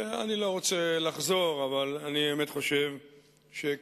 אני לא רוצה לחזור, אבל אני באמת חושב שכדאי